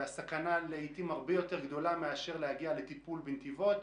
ולעתים הסכנה הרבה יותר גדולה מאשר להגיע לטיפול בנתיבות.